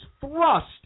thrust